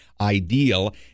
ideal